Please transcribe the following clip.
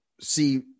see